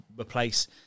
replace